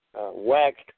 waxed